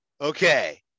okay